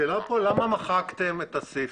השאלה פה למה מחקתם את הסעיף.